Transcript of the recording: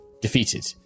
defeated